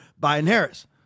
Biden-Harris